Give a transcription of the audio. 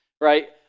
right